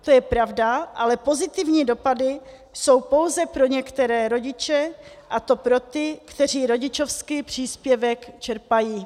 To je pravda, ale pozitivní dopady jsou pouze pro některé rodiče, a to pro ty, kteří rodičovský příspěvek čerpají.